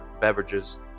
beverages